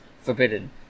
forbidden